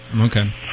Okay